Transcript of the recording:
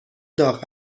داغ